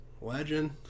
Legend